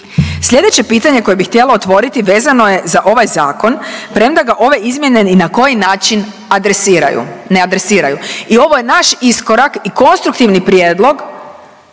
Sljedeće pitanje koje bi htjela otvoriti vezano je za ovaj Zakon, premda ga ove izmjene ni na koji način adresiraju, ne adresiraju i ovo je naš iskorak i konstruktivni prijedlog